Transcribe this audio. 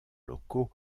locaux